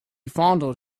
fondled